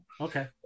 Okay